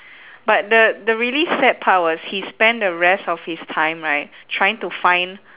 but the the really sad part was he spent the rest of his time right trying to find